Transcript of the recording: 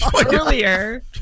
earlier